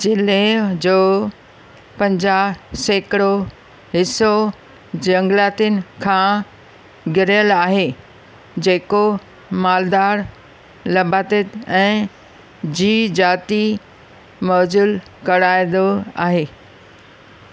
जिले जो पंजाहु सैकिड़ो हिसो झंगलातुनि खां घिरयलु आहे जेको मालदार नबाताति ऐं जीव जाती मौजुल कराईंदो आहे